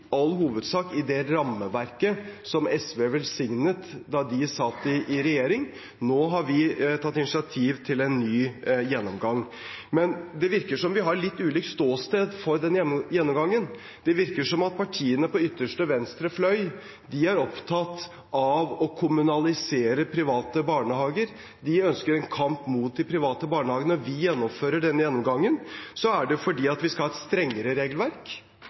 all hovedsak i det rammeverket som SV velsignet da de satt i regjering. Nå har vi tatt initiativ til en ny gjennomgang, men det virker som vi har litt ulikt ståsted for den gjennomgangen. Det virker som partiene på ytterste venstre fløy er opptatt å kommunalisere private barnehager. De ønsker en kamp mot de private barnehagene. Når vi gjennomfører denne gjennomgangen, er det fordi vi skal ha et strengere regelverk.